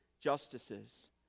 justices